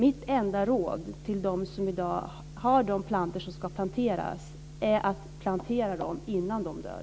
Mitt enda råd till dem som i dag har plantor som ska planteras är att plantera dem innan de dör.